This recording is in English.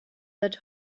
that